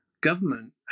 government